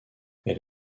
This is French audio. elle